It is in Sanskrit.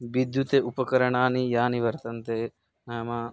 विद्युत् उपकरणानि यानि वर्तन्ते नाम